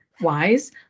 wise